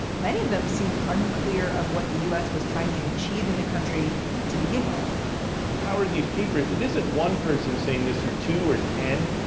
many of them seem unclear of what the u s. was trying to achieve in the country to begin with ah but the power of these papers, it isn't one person saying this or two or ten.